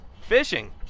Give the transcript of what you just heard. Fishing